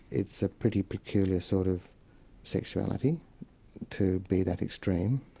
it's a pretty peculiar sort of sexuality to be that extreme,